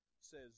says